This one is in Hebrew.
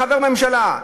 חבר הממשלה.